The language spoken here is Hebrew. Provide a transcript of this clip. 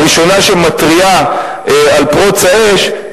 הראשונה שמתריעה על פרוץ האש,